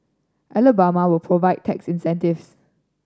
Alabama will provide tax incentives